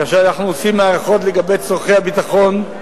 כאשר אנחנו עושים הערכות לגבי צורכי הביטחון,